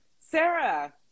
Sarah